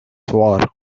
war